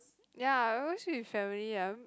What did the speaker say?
ya I always eat with family um